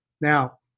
Now